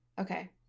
Okay